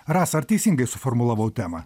rasa ar teisingai suformulavau temą